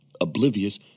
Oblivious